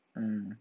mm